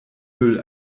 müll